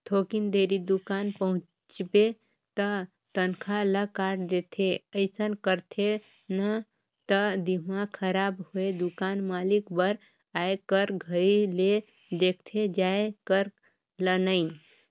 थोकिन देरी दुकान पहुंचबे त तनखा ल काट देथे अइसन करथे न त दिमाक खराब होय दुकान मालिक बर आए कर घरी ले देखथे जाये कर ल नइ